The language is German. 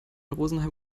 rosenheim